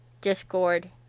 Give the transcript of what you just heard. discord